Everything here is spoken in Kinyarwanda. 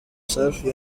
safi